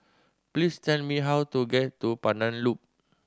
please tell me how to get to Pandan Loop